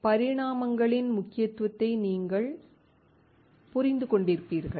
பரிமாணங்களின் முக்கியத்துவத்தை நீங்கள் புரிந்து கொண்டிருப்பீர்கள்